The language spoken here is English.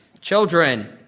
Children